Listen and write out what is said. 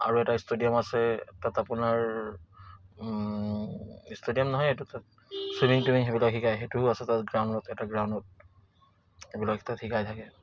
আৰু এটা ষ্টেডিয়াম আছে তাত আপোনাৰ ষ্টেডিয়াম নহয় এইটো তাত চুইমিং টুইমিং সেইবিলাক শিকায় সেইটোও আছে তাত গ্ৰাউণ্ডত এটা গ্ৰাউণ্ডত সেইবিলাক তাত শিকাই থাকে